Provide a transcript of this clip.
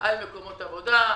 על מקומות עבודה,